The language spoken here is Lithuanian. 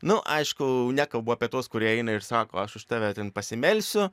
nu aišku nekalbu apie tuos kurie eina ir sako aš už tave ten pasimelsiu